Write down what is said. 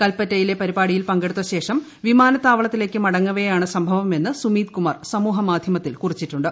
കൽപ്പറ്റയിലെ പരിപാടിയിൽ പങ്കെടുത്തശേഷം വിമാനത്താവളത്തിലേക്കു മടങ്ങവെയാണ് സംഭവമെന്ന് സുമീത്കുമാർ സമൂഹമാധ്യമത്തിൽ കീറ്റിച്ചിട്ടുണ്ട്